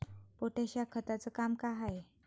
Potash या खताचं काम का हाय?